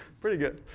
pretty good.